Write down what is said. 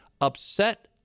upset